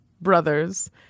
brothers